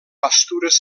pastures